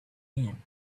end